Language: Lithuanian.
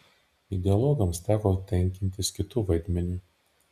ideologams teko tenkintis kitu vaidmeniu